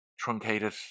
truncated